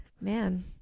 Man